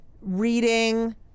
reading